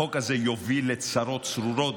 החוק הזה יוביל לצרות צרורות,